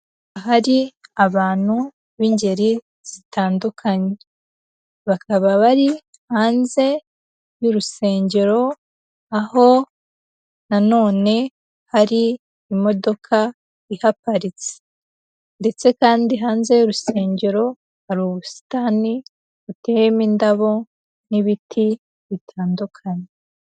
Ahari abantu b'ingeri zitandukanye, bakaba bari hanze y'urusengero, aho nanone hari imodoka ihaparitse ndetse kandi hanze y'urusengero, hari ubusitani buteyemo indabo n'ibiti bitandukanye.